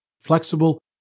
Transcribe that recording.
flexible